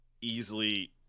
easily